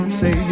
say